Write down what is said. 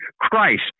Christ